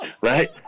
right